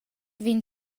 vegn